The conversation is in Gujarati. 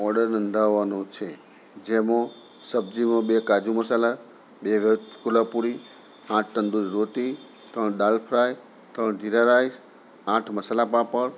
ઓર્ડર નોંધાવવાનો છે જેમાં સબ્જીમાં બે કાજુ મસાલા બે વેજ કોલ્હાપુરી આઠ તંદુરી રોટી ત્રણ દાલ ફ્રાય ત્રણ જીરા રાઇસ આઠ મસાલા પાપડ